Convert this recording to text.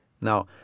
Now